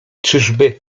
czyżby